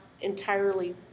entirely